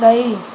ॾई